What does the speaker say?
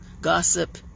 gossip